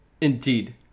Indeed